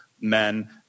men